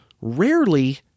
rarely